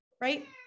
right